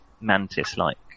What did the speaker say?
mantis-like